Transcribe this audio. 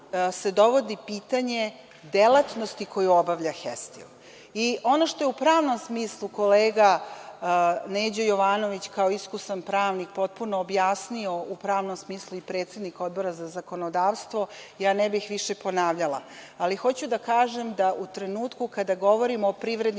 se dovodi pitanje delatnosti koju obavlja „Hestil“. I ono što je u pravnom smislu kolega Neđo Jovanović, kao iskusan pravnik, potpuno objasnio, kao i predsednik Odbora za zakonodavstvo, ja ne bih više ponavljala, ali hoću da kažem da u trenutku kada govorimo o privrednim